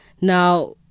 Now